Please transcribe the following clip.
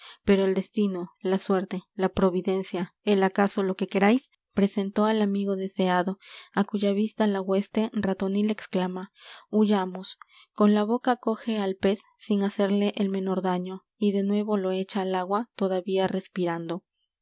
pero el destino la suerte la providencia el acaso lo que queráis presentó al amigo deseado á cuya vista la hueste ratonil e x c l a m a h u y a m o s con la boca coge al pez sin hacerle el menor d a ñ o y de nuevo lo echa al agua todavía respirando el